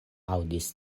aŭdis